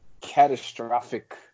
catastrophic